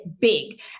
big